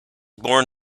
born